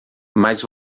mas